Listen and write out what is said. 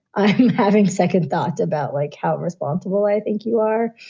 i'm having second thoughts about, like, how responsible i think you are.